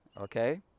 Okay